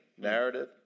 narrative